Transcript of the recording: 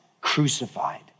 crucified